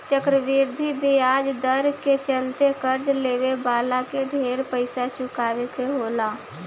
चक्रवृद्धि ब्याज दर के चलते कर्जा लेवे वाला के ढेर पइसा चुकावे के होला